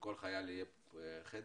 שלכל חייל יהיה חדר.